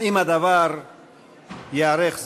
אם כל הדבר יארך זמן.